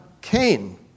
Cain